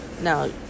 Now